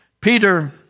Peter